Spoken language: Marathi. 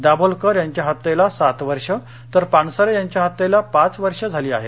दाभोलकर यांच्या हत्येला सात वर्षे तर पानसरे यांच्या हत्येला पाच वर्षे झाली आहेत